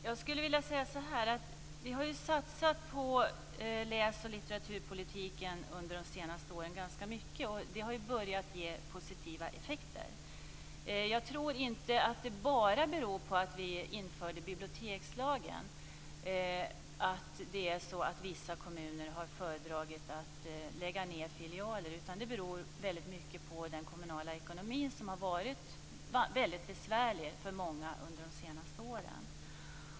Fru talman! Jag skulle vilja säga så här: Vi har satsat ganska mycket på läs och litteraturpolitiken under de senaste åren. Det har börjat ge positiva effekter. Att vissa kommuner har föredragit att lägga ned filialer tror jag inte bara beror på att vi införde bibliotekslagen, utan det beror väldigt mycket på den kommunala ekonomin. Den har varit väldigt besvärlig för många under de senaste åren.